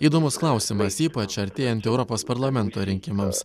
įdomus klausimas ypač artėjant europos parlamento rinkimams